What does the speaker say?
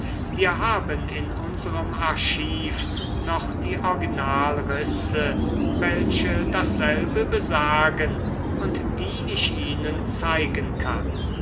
wir haben in unserem archiv noch die originalrisse welche dasselbe besagen und die ich ihnen zeigen kann